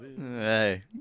Hey